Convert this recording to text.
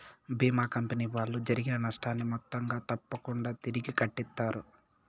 భీమా company వాళ్ళు జరిగిన నష్టాన్ని మొత్తంగా తప్పకుంగా తిరిగి కట్టిత్తారు